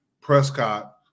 Prescott